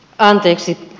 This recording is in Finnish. anteeksi